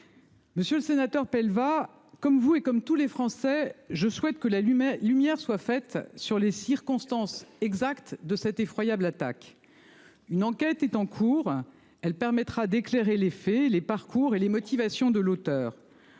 Monsieur le sénateur Pell va comme vous et comme tous les Français. Je souhaite que l'lumière lumière soit faite. Sur les circonstances exactes de cet effroyable attaque. Une enquête est en cours. Elle permettra d'éclairer les faits et les parcours et les motivations de l'auteur.